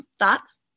Thoughts